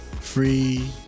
free